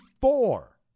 four